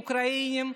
אוקראינים,